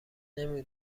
نمی